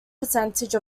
percentage